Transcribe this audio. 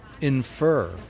infer